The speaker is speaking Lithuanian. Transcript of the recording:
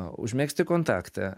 užmegzti kontaktą